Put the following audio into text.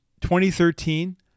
2013